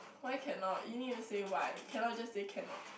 why cannot you need to say why cannot just say cannot